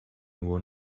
nur